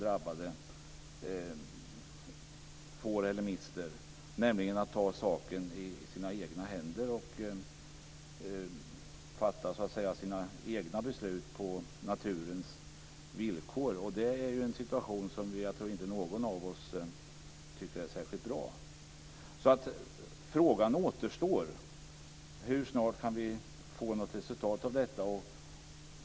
Det kan leda till att de tar saken i egna händer och fattar egna beslut på naturens villkor. Det är en situation som jag inte tror att någon av oss tycker är särskilt bra. Frågan återstår: Hur snart kan vi få se något resultat?